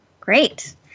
Great